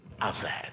outside